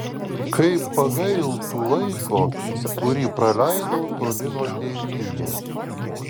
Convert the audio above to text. kaip pagailtų laiko kurį praleidau toli nuo tėvynės